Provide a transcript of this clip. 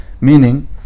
meaning